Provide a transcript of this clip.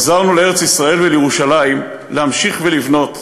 חזרנו לארץ-ישראל ולירושלים להמשיך לבנות,